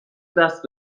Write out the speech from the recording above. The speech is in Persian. دست